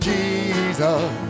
Jesus